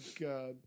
God